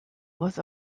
was